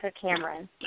Cameron